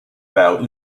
par